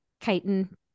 Chitin